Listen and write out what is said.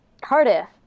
Cardiff